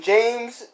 James